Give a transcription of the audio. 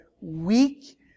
weak